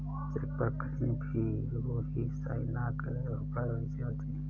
check पर कहीं भी यू हीं साइन न करें धोखाधड़ी से बचे